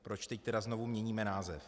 Proč teď tedy znovu měníme název?